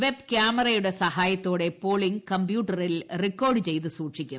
web ക്യാമറയുടെ സഹായത്തോടെ polling കമ്പ്യൂട്ടറിൽ റെക്കോഡ് ചെയ്ത് സൂക്ഷിക്കും